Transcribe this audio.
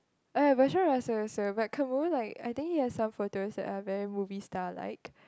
I have also but Caroo like I think he has some photos that are very movie star like